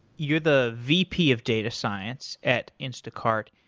you're the vp of data science at instacart.